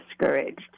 discouraged